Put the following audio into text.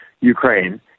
Ukraine